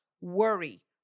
worry